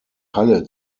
halle